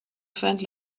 friend